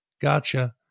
gotcha